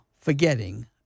forgetting